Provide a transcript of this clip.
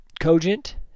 cogent